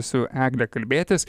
su egle kalbėtis